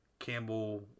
Campbell